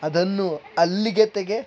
ಅದನ್ನು ಅಲ್ಲಿಗೆ ತೆಗೆ